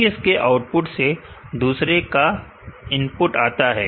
21 के आउटपुट से दूसरे का इनपुट आता है